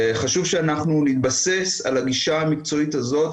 חשוב שאנחנו נתבסס על הגישה המקצועית הזאת,